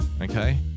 Okay